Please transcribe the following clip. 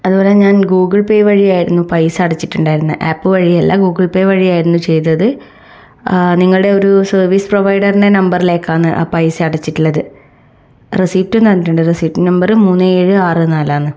അതുപോലെ ഞാൻ Google Pay വഴിയായിരുന്നു പൈസ അടച്ചിട്ടുണ്ടായിരുന്നത് ആപ്പ് വഴിയല്ല ഗൂഗിൾ പേ വഴിയായിരുന്നു ചെയ്തത് ആ നിങ്ങളുടെ ഒരു സർവ്വീസ് പ്രൊവൈഡറിൻ്റെ നമ്പറിലേക്കാണ് ആ പൈസ അടച്ചിട്ടുള്ളത് റെസിപ്റ്റ് തന്നിട്ടുണ്ട് റെസിപ്റ്റ് നമ്പർ മൂന്ന് ഏഴ് ആറ് നാലാണ്